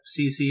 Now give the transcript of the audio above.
CC